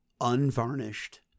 unvarnished